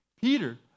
Peter